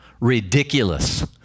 Ridiculous